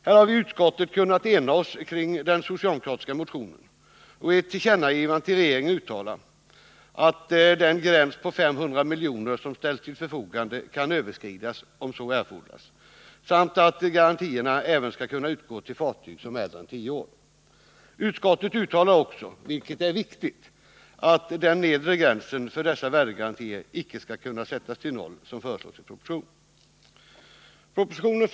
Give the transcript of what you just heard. Vi har i utskottet kunnat ena oss om den socialdemokratiska motionen och föreslagit att riksdagen skall ge regeringen till känna som sin mening att de 500 milj.kr. som ställs till förfogande skall kunna utökas om så erfordras samt att garantierna även skall kunna utgå till fartyg som är äldre än tio år. Utskottet uttalar också, vilket är viktigt, att den nedre gränsen för dessa värdegarantier inte skall kunna sättas vid 0 20, som föreslås i propositionen.